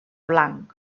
blanc